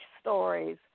stories